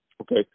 Okay